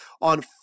on